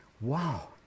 wow